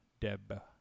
Deb